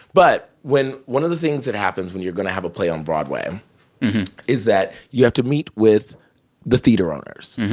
but one of the things that happens when you're going to have a play on broadway is that you have to meet with the theater owners.